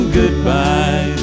goodbye